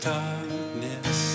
darkness